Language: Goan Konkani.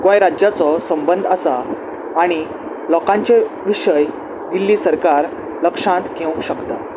गोंय राज्याचो संबंद आसा आनी लोकांचे विशय दिल्ली सरकार लक्षांत घेवंक शकता